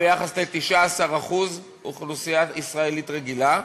ביחס ל-19% באוכלוסייה הישראלית הרגילה,